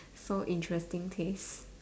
so interesting taste